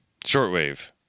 shortwave